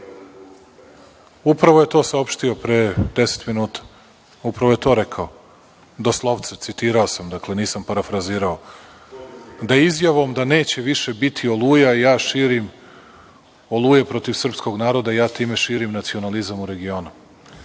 mesta.)Upravo je to saopštio pre deset minuta, upravo je to rekao doslovce, citirao sam ga, dakle nisam parafrazirao, da izjavom da neće više biti „Oluja“ protiv srpskog naroda ja širim nacionalizam u regionu.